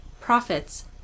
profits